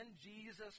Jesus